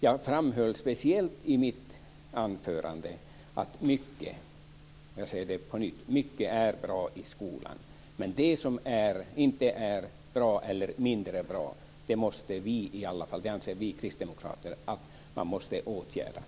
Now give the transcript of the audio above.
Jag framhöll speciellt i mitt anförande att mycket i skolan är bra, men vi kristdemokrater anser att det som är mindre bra måste åtgärdas.